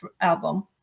album